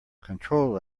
control